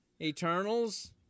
Eternals